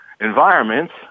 environments